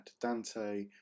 Dante